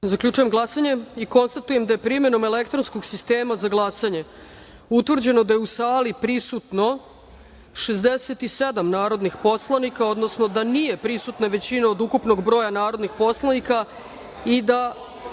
za glasanje. Hvala vam. Konstatujem da je, primenom elektronskog sistema za glasanje, utvrđeno da je u sali prisutno 67 narodnih poslanika, odnosno da nije prisutna većina od ukupnog broja narodnih poslanika i da